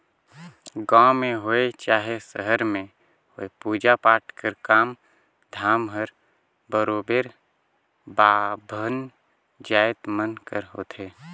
गाँव में होए चहे सहर में होए पूजा पाठ कर काम धाम हर बरोबेर बाभन जाएत मन कर होथे